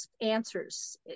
answers